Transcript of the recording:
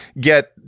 get